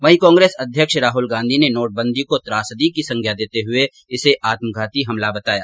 वहीं कांग्रेस अध्यक्ष राहुल गांधी ने नोटबंदी को त्रासदी की संज्ञा देते हुए इसे आत्मघाती हमला बताया